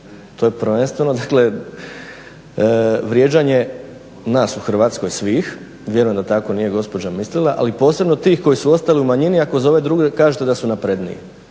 to je prvenstveno vrijeđanje nas u Hrvatskoj svih vjerujem da tako nije gospođa mislila, ali posebno tih koji su ostali u manjini ako za ove druge kažete da su napredniji.